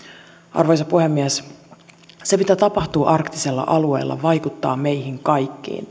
arvoisa puhemies se mitä tapahtuu arktisella alueella vaikuttaa meihin kaikkiin